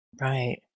Right